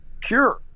cure